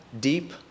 deep